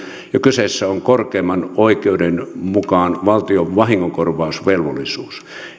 ja kyseessä on korkeimman oikeuden mukaan valtion vahingonkorvausvelvollisuus